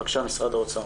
בבקשה משרד האוצר.